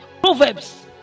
Proverbs